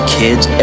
kids